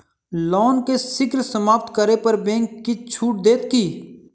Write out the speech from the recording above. loan केँ शीघ्र समाप्त करै पर बैंक किछ छुट देत की